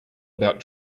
about